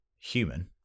human